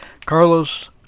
Carlos